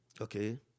Okay